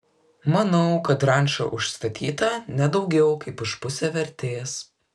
manau kad ranča užstatyta ne daugiau kaip už pusę vertės